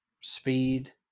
Speed